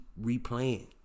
replaying